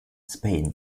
spain